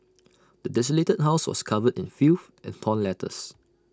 the desolated house was covered in filth and torn letters